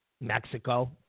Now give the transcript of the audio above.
Mexico